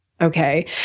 Okay